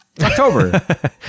October